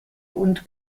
und